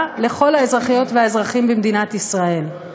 לכל האזרחיות והאזרחים במדינת ישראל?